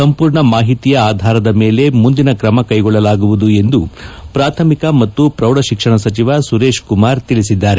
ಸಂಪೂರ್ಣ ಮಾಹಿತಿಯ ಆಧಾರದ ಮೇಲೆ ಮುಂದಿನ ಕ್ರಮ ಕೈಗೊಳ್ಳಲಾಗುವುದು ಎಂದು ಪ್ರಾಥಮಿಕ ಮತ್ತು ಪ್ರೌಢಶಿಕ್ಷಣ ಸಚಿವ ಸುರೇಶ್ ಕುಮಾರ್ ತಿಳಿಸಿದ್ದಾರೆ